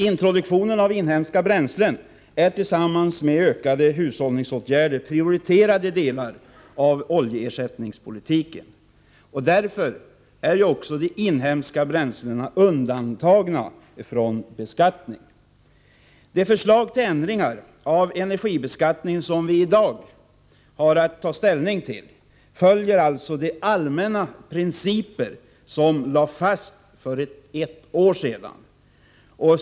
Introduktionen av inhemska bränslen är tillsammans med ökade hushållningsåtgärder prioriterade delar av oljeersättningspolitiken. Därför är de inhemska bränslena undantagna från beskattning. De förslag till ändringar av energibeskattningen som vi i dag har att ta ställning till följer alltså de allmänna principer som lades fast för ett år sedan.